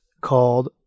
called